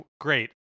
great